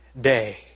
day